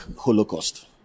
holocaust